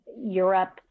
Europe